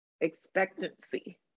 expectancy